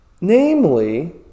namely